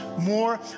more